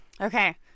Okay